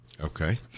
okay